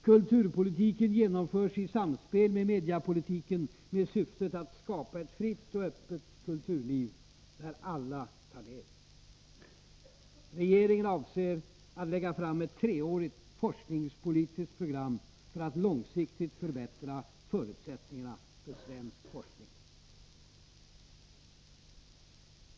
Kulturpolitiken genomförs i samspel med mediapolitiken med syftet att skapa ett fritt och öppet kulturliv där alla tar del. Regeringen avser att lägga fram ett treårigt forskningspolitiskt program för att långsiktigt förbättra förutsättningarna för svensk forskning.